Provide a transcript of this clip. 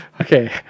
Okay